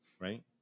Right